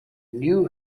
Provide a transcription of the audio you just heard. knew